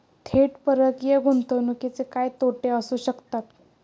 थेट परकीय गुंतवणुकीचे काय तोटे असू शकतात?